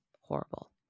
Horrible